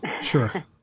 Sure